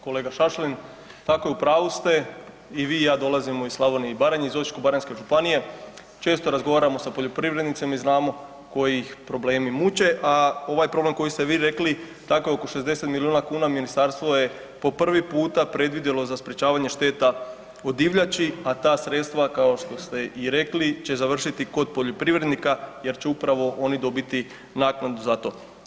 Kolega Šašlin, tako je u pravu ste i vi i ja dolazimo iz Slavonije i Baranje, iz Osječko-baranjske županije, često razgovaramo sa poljoprivrednicima i znamo koji ih problemi muče, a ovaj problem koji ste vi rekli tako je oko 60 miliona kuna ministarstvo je po prvi puta predvidjelo za sprječavanje šteta od divljači, a ta sredstva kao što ste i rekli će završiti kod poljoprivrednika jer će upravo oni dobiti naknadu za to.